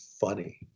funny